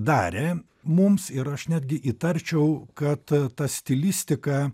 darė mums ir aš netgi įtarčiau kad ta stilistika